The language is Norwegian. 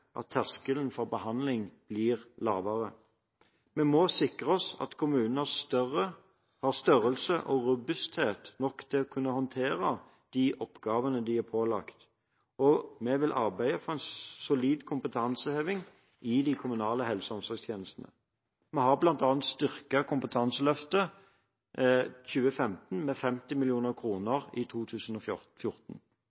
at terskelen for behandling blir lavere. Vi må sikre oss at kommunene er store og robuste nok til å kunne håndtere de oppgavene de er pålagt, og vi vil arbeide for en solid kompetanseheving i de kommunale helse- og omsorgstjenestene. Vi har bl.a. styrket Kompetanseløftet 2015 med 50